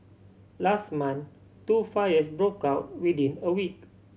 last month two fires broke out within a week